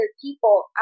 people